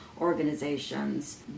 organizations